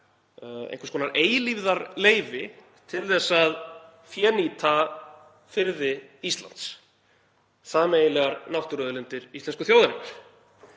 einhvers konar eilífðarleyfi til þess að fénýta firði Íslands, sameiginlegar náttúruauðlindir íslensku þjóðarinnar.